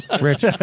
Rich